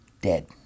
dead